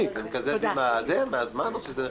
הגעת למסקנה אחרי השימוע שאתה מוריד את כל העבירות האלה.